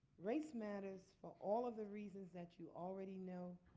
race matters for all of the reasons that you already know.